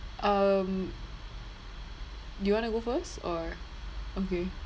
um do you wanna go first or okay